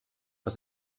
was